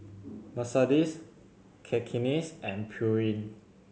Mercedes Cakenis and Pureen